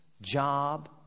job